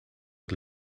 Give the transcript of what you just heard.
het